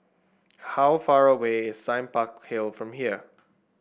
how far away is Sime Park Hill from here